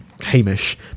Hamish